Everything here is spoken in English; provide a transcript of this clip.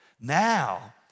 Now